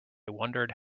wondered